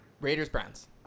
Raiders-Browns